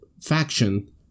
faction